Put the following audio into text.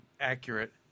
accurate